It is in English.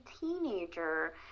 teenager